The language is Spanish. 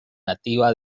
nativa